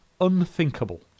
Unthinkable